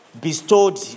bestowed